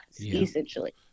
essentially